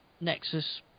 Nexus